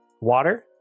water